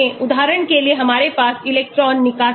माना